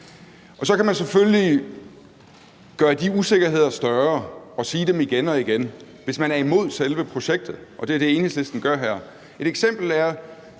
Så kan man selvfølgelig gøre de usikkerheder større og gentage dem igen og igen, hvis man er imod selve projektet, og det er det, Enhedslisten gør her. Et eksempel er